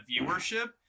viewership